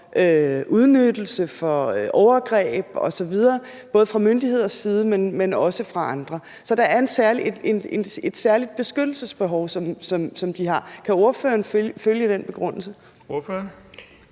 udnyttelse, for overgreb osv., både fra myndigheders side, men også fra andres. Så det er et særligt beskyttelsesbehov, som de har. Kan ordføreren følge den begrundelse? Kl.